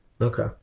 Okay